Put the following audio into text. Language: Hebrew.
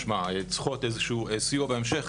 משמע הן צריכות איזשהו סיוע בהמשך,